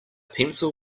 pencil